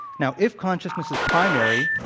now, if consciousness is primary,